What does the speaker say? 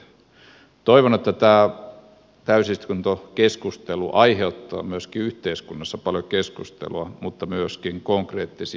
toivon että tämä täysistuntokeskustelu aiheuttaa myöskin yhteiskunnassa paljon keskustelua mutta myöskin konkreettisia tekoja